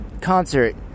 concert